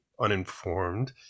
uninformed